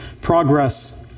Progress